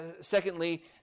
secondly